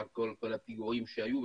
אחרי כל הפיגועים שהיו.